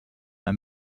and